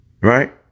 Right